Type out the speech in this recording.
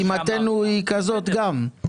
משימתנו היא כזאת גם,